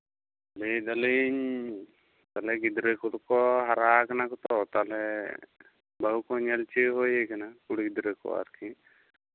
ᱞᱟᱹᱭ ᱫᱟᱞᱤᱧ ᱛᱟᱞᱚᱦᱮ ᱜᱤᱫᱽᱨᱟᱹ ᱠᱚᱫᱚ ᱠᱚ ᱦᱚᱨᱟ ᱠᱟᱱᱟ ᱛᱚ ᱛᱟᱞᱚᱦᱮ ᱵᱟᱹᱦᱩ ᱠᱚ ᱧᱮᱞᱪᱤᱭᱟᱹ ᱦᱩᱭᱟᱠᱟᱱᱟ ᱠᱩᱲᱤ ᱜᱤᱫᱽᱨᱟᱹ ᱠᱚ ᱟᱨᱠᱤ